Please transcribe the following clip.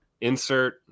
insert